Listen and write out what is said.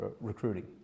recruiting